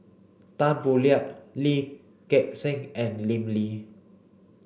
Tan Boo Liat Lee Gek Seng and Lim Lee